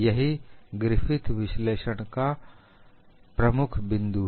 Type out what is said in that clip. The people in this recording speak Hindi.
यही ग्रिफिथ के विश्लेषण का प्रमुख बिंदु है